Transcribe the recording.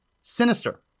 sinister